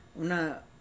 Una